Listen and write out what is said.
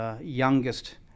youngest